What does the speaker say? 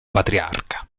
patriarca